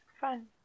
fun